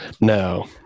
No